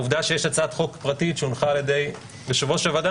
העובדה שיש הצעת חוק פרטית שהונחה על-ידי יושב-ראש הוועדה,